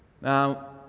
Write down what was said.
Now